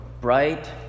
bright